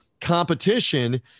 competition